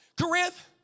Corinth